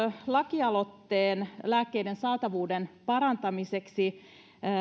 lakialoitteen lääkkeiden saatavuuden parantamiseksi